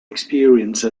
experience